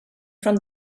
from